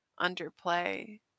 underplay